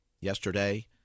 Yesterday